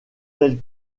tel